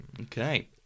Okay